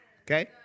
Okay